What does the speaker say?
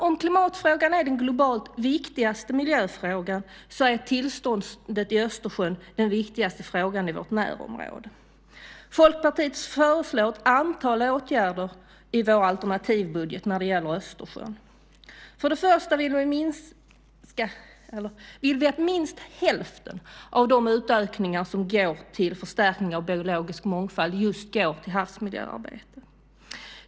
Om klimatfrågan är den globalt viktigaste miljöfrågan så är tillståndet i Östersjön den viktigaste frågan i vårt närområde. Folkpartiet föreslår ett antal åtgärder i vår alternativbudget när det gäller Östersjön. För det första vill vi att minst hälften av de utökningar som går till förstärkning av biologisk mångfald just går till havsmiljöarbete.